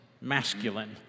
masculine